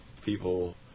people